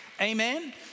Amen